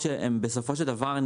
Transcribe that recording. אבל אני